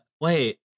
Wait